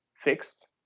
fixed